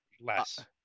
Less